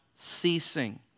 Ceasing